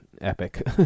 epic